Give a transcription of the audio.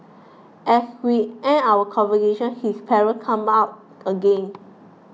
as we end our conversation his parents come up again